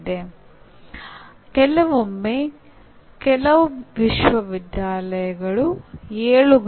ಈಗ ಕಲಿಕೆಯ ವಿಷಯಕ್ಕೆ ಬರೋಣ